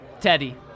Teddy